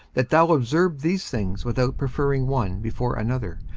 that thou observe these things without preferring one before another,